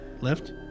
Left